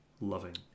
loving